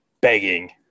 begging